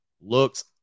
looks